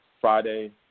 Friday